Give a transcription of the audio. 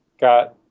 got